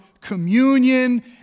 communion